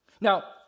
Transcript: Now